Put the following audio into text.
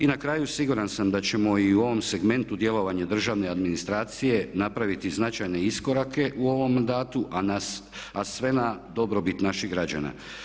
I na kraju siguran sam da ćemo i u ovom segmentu djelovanja državne administracije napraviti značajne iskorake u ovom mandatu, a sve na dobrobit naših građana.